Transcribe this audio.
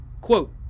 quote